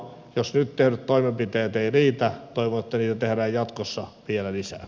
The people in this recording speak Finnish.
jos nyt tehdyt toimenpiteet eivät riitä toivon että niitä tehdään jatkossa vielä lisää